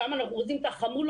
שם אנחנו רואים את החמולות.